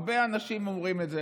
הרבה אנשים אומרים את זה.